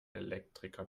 elektriker